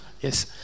Yes